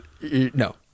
No